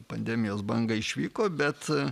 pandemijos bangą išvyko bet